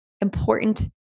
important